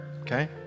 okay